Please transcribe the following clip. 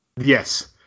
Yes